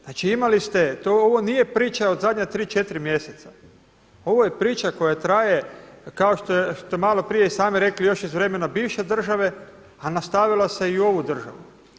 Znači imali ste, ovo nije priča od zadnja tri, četiri mjeseca, ovo je priča koja traje kao što ste malo prije i sami rekli još iz vremena bivše države, a nastavilo se i u ovu državu.